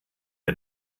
der